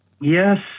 yes